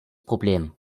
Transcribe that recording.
problem